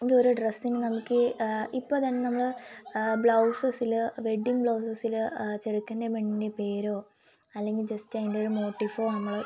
ഈ ഒരു ഡ്രെസ്സിന് നമ്മൾക്ക് ഈ ഇപ്പോൾ തന്നെ നമ്മൾ ബ്ലൗസ്സസിൽ വെഡിംഗ് ബ്ലൗസ്സസിൽ ചെറുക്കന്റേയും പെണ്ണിന്റേയും പേരോ അല്ലെങ്കിൽ ജസ്റ്റ് അതിന്റൊരു മോട്ടിഫോ നമ്മൾ